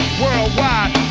worldwide